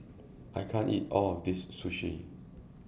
I can't eat All of This Sushi